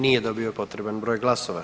Nije dobio potreban broj glasova.